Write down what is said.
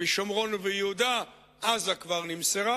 בשומרון וביהודה, עזה כבר נמסרה,